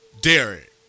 Derek